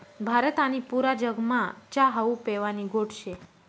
भारत आणि पुरा जगमा च्या हावू पेवानी गोट शे